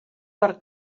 per